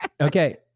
Okay